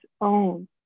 own